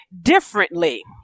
differently